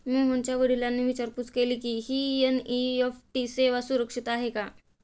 मोहनच्या वडिलांनी विचारपूस केली की, ही एन.ई.एफ.टी सेवा सुरक्षित आहे का?